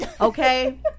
okay